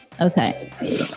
Okay